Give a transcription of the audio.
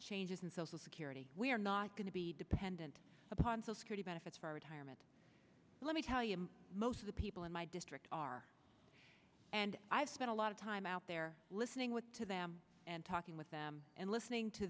changes in social security we are not going to be dependent upon so scary benefits for retirement let me tell you most of the people in my district are and i've spent a lot of time out there listening with to them and talking with them and listening to